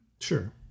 sure